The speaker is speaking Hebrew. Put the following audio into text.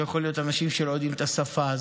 להיות אנשים שלא יודעים את השפה,